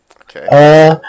Okay